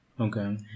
Okay